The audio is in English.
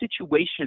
situation